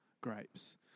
grapes